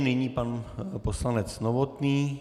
Nyní pan poslanec Novotný.